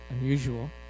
unusual